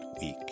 week